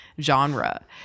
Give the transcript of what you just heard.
genre